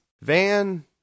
Van